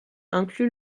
inclut